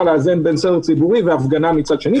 לאזן בין סדר ציבורי והפגנה מצד שני,